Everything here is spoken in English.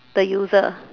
the user